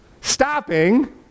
stopping